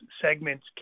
segments